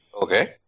Okay